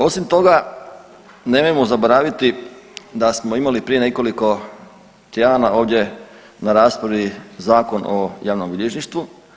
Osim toga nemojmo zaboraviti da smo imali prije nekoliko tjedana ovdje na raspravi Zakon o javnom bilježništvu.